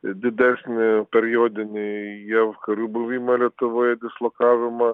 didesnį periodinį jav karių buvimą lietuvoje dislokavimą